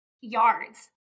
yards